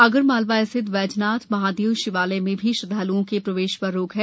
आगरमालवा स्थित श्री बैजनाथ महादेव शिवालय में भी श्रद्धाल्ओं के प्रवेश पर रोक है